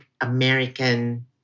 American